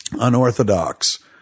unorthodox